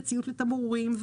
ציות לתמרורים,